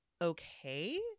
okay